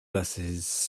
busses